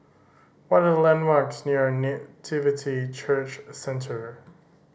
what are the landmarks near Nativity Church Centre